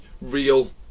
real